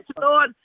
Lord